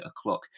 o'clock